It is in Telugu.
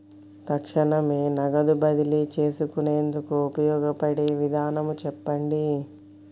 తక్షణమే నగదు బదిలీ చేసుకునేందుకు ఉపయోగపడే విధానము చెప్పండి?